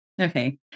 Okay